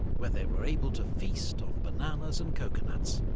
where they were able to feast on bananas and coconuts.